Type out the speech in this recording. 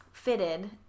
Fitted